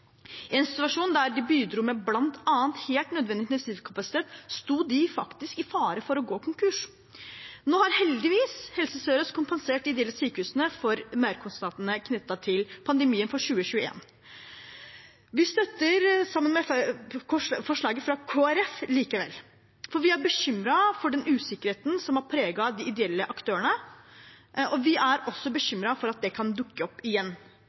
I en situasjon der de bidro med bl.a. helt nødvendig intensivkapasitet, sto de faktisk i fare for å gå konkurs. Nå har heldigvis Helse Sør-Øst kompensert de ideelle sykehusene for merkostnadene knyttet til pandemien for 2021. Vi støtter forslaget fra Kristelig Folkeparti, for vi er bekymret for den usikkerheten som har preget de ideelle aktørene, og vi er også bekymret for at det kan dukke opp igjen.